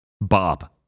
Bob